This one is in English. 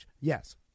Yes